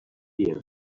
here